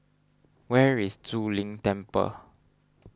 where is Zu Lin Temple